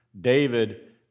David